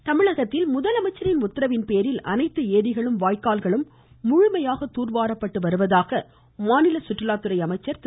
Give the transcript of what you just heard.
Natarajan voice தமிழகத்தில் முதலமைச்சரின் உத்தரவின் பேரில் அனைத்து ஏரிகளும் வாய்க்கால்களும் முழுமையாக தூர் வாரப்பட்டு வருவதாக மாநில சுற்றுலாத்துறை அமைச்சர் திரு